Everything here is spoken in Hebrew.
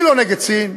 אני לא נגד סין,